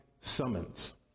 summons